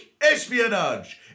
espionage